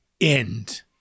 end